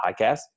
podcast